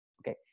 Okay